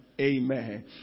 Amen